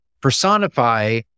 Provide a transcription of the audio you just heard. personify